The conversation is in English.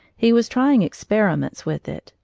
he was trying experiments with it,